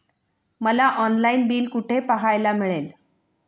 मला online bill कुठे पाहायला मिळेल?